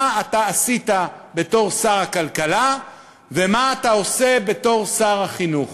מה אתה עשית בתוך שר הכלכלה ומה אתה עושה בתור שר החינוך?